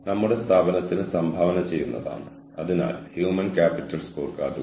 കാര്യക്ഷമതാ വ്യാഖ്യാനങ്ങളുടെ സാമൂഹിക ഫലം ഹ്യൂമൻ ക്യാപിറ്റലിന്റെ ഹ്യൂമൻ ജനറേഷൻ ആണ്